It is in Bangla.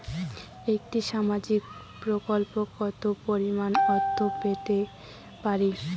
একটি সামাজিক প্রকল্পে কতো পরিমাণ অর্থ পেতে পারি?